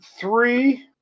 three